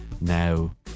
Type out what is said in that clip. now